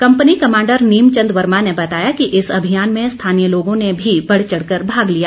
company commander Neem Chand Verma ने बताया कि इस अभियान में स्थानीय लोगों ने भी बढ़ चढ़ कर भाग लिया